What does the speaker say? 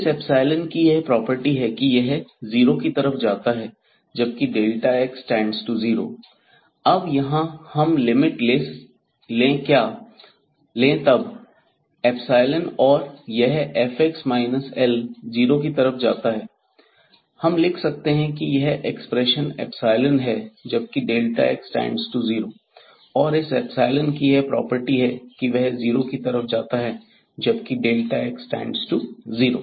इस कि यह प्रॉपर्टी है कि यह जीरो की तरफ जाता है जबकि x→0 अब यहां हम लिमिट ले क्या तब और यह fx L जीरो की तरफ जाता है हम लिख सकते हैं कि यह एक्सप्रेशन एप्सिलोन है जबकि x→0 और इस इप्सिलोन कि यह प्रॉपर्टी है कि वह जीरो की तरफ जाता है जबकि x→0